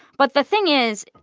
but the thing is,